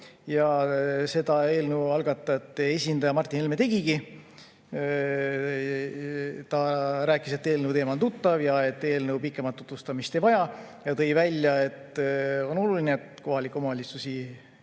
Seda eelnõu algatajate esindaja Martin Helme tegigi. Ta rääkis, et eelnõu teema on tuttav ja eelnõu pikemat tutvustamist ei vaja, ja tõi välja, et on oluline, et kohalikke omavalitsusi